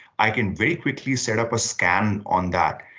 i can very quickly set up a scan on that.